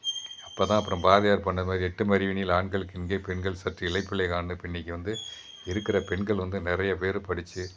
அப்போ தான் அப்புறம் பாரதியார் பாடின மாதிரி எட்டு மருவின் ஆண்களுக்கு இங்கே பெண்கள் சற்று இலைப்பிள்ளை காண்க இப்போ இன்றைக்கி வந்து இருக்கிற பெண்கள் வந்து நிறைய பேர் வந்து படித்து